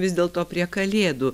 vis dėlto prie kalėdų